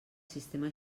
sistema